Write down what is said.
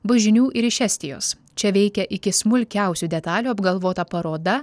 bus žinių ir iš estijos čia veikia iki smulkiausių detalių apgalvota paroda